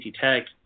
Tech